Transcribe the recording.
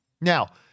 Now